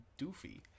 doofy